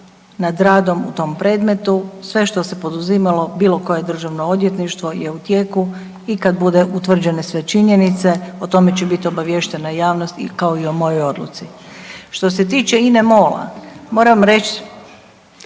nad radom u tom predmetu, sve što se poduzimalo, bilo koje državno odvjetništvo, je u tijeku i kad bude utvrđene sve činjenice, o tome će biti obaviještena javnost, kao i o mojoj odluci. Što se tiče INA-e MOL-a, moram reći